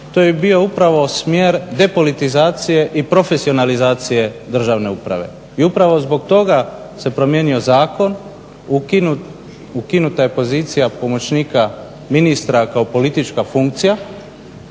to je bio upravo smjer depolitizacije i profesionalizacije državne uprave. I upravo zbog toga se promijenio zakon. Ukinuta je pozicija pomoćnika ministra kao politička funkcija